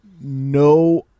no